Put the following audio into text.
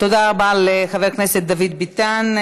תודה רבה לחבר הכנסת דוד ביטן.